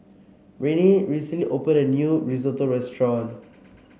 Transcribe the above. Renae recently opened a new Risotto restaurant